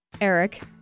Eric